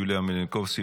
יוליה מלינובסקי,